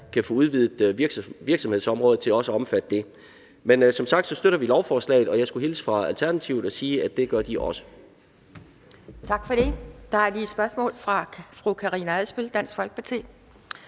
kan få udvidet virksomhedsområdet til også at omfatte det. Men som sagt støtter vi lovforslaget, og jeg skulle hilse fra Alternativet og sige, at det gør de også. Kl. 10:31 Anden næstformand (Pia Kjærsgaard): Tak for det. Der er lige et spørgsmål fra fru Karina Adsbøl, Dansk Folkeparti.